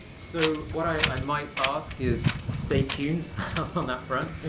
so what i might ask is stay tuned on that front.